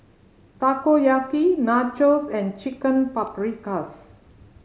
Takoyaki Nachos and Chicken Paprikas